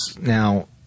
Now